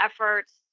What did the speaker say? efforts